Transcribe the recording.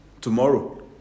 tomorrow